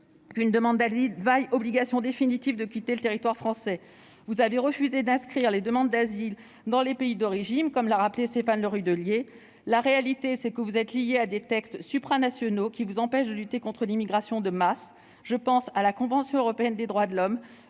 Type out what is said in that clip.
d'une demande d'asile vaille obligation définitive de quitter le territoire français. Vous avez refusé d'inscrire les demandes d'asile dans les pays d'origine, comme l'a rappelé Stéphane Le Rudulier. La réalité est que vous êtes liés à des textes supranationaux qui vous empêchent de lutter contre l'immigration de masse. Je pense à la Convention européenne des droits de l'homme.